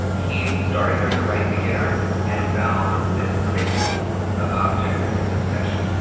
he started here as a ranked beginner and found this spiculum the object of his obsession,